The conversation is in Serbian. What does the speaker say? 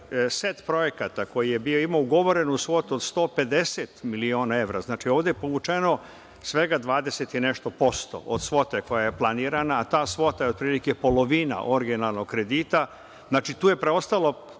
set projekata koji je imao ugovorenu svotu od 150 miliona evra, ovde je znači povučeno svega 20 i nešto posto od svote koja je planirana, a ta svota je otprilike polovina originalnog kredita. Znači preostalo